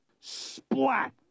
Splat